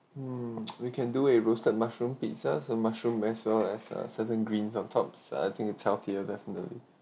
mm we can do a roasted mushroom pizza so mushroom as well as a certain greens on top so I think it's healthier definitely